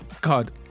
God